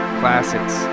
classics